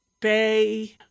Bay